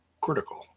critical